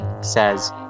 says